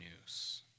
news